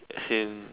as in